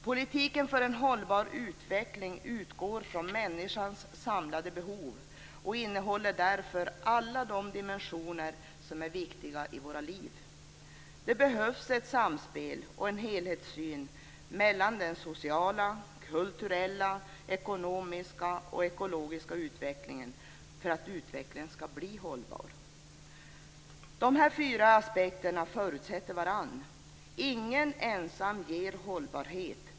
Politiken för en hållbar utveckling utgår från människans samlade behov och innehåller därför alla de dimensioner som är viktiga i våra liv. Det behövs ett samspel och en helhetssyn mellan den sociala, kulturella, ekonomiska och ekologiska utvecklingen för att utvecklingen skall bli hållbar. Dessa fyra aspekter förutsätter varandra. Ingen ger ensam hållbarhet.